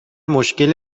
مشکل